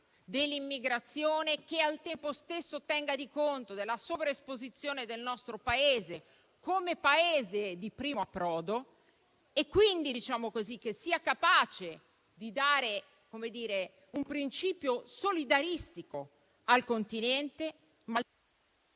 dell'immigrazione che al tempo stesso tenga conto della sovraesposizione del nostro Paese come Paese di primo approdo e quindi che sia capace di dare un principio solidaristico al Continente, ma